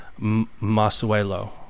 Masuelo